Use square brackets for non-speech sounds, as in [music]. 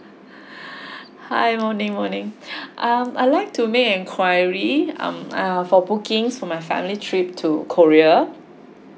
[breath] hi morning morning [breath] um I'd like to make enquiry um uh for bookings for my family trip to korea